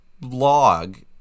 log